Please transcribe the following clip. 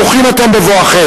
ברוכים אתם בבואכם.